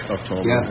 October